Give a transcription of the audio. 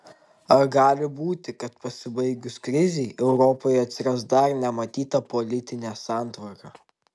ar gali būti kad pasibaigus krizei europoje atsiras dar nematyta politinė santvarka